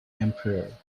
emperor